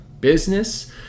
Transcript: business